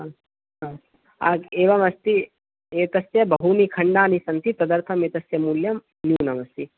एवम् अस्ति एतस्य बहूनि खण्डाणि सन्ति तदर्थं एतस्य मूल्यं न्यूनम् अस्ति